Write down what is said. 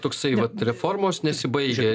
toksai vat reformos nesibaigia